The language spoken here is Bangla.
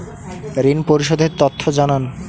ঋন পরিশোধ এর তথ্য জানান